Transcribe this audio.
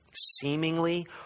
Seemingly